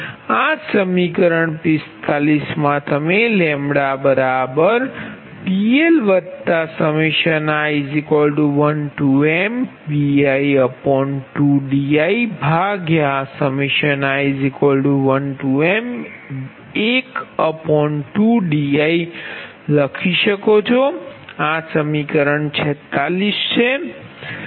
આ સમીકરણ માંથી સમીકરણ 45 તમે λPLi1mbi2dii1m12di લખી શકો છો આ સમીકરણ 46 છે